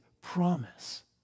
promise